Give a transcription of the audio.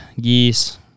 geese